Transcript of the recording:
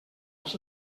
als